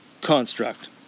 construct